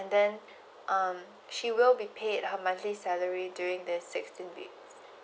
and then um she will be paid her monthly salary during this sixteen weeks